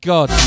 God